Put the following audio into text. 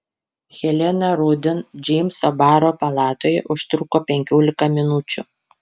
helena rodin džeimso baro palatoje užtruko penkiolika minučių